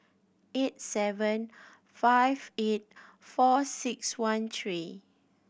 eight seven five eight four six one three